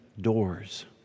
doors